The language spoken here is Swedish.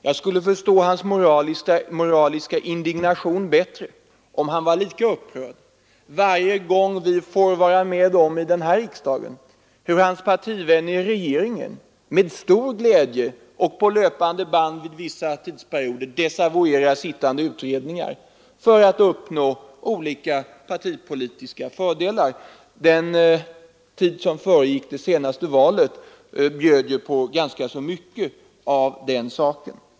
Jag skulle förstå hans moraliska indignation bättre, om han var lika upprörd varje gång vi här i riksdagen får vara med om hur hans partivänner i regeringen med stor glädje och på löpande band under vissa tidsperioder desavuerar sittande utredningar för att nå olika partipolitiska fördelar. Den tid som föregick det senaste valet bjöd på ganska mycket av sådant.